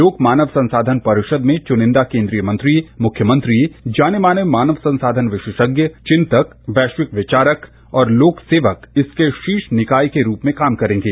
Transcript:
लोक मानव संसाधन परिषद में चुर्निदा केन्द्रीय मंत्री मुख्यमंत्री जाने माने मानव संसाधन विशेषज्ञ चिन्तक वैश्विक विचारक और लोक सेवक इसके शीर्ष निकाय के रूप मेंकाम करेंगे